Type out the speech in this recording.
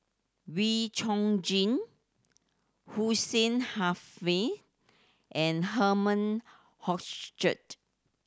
Wee Chong Jin Hussein Haniff and Herman